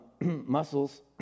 muscles